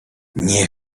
nie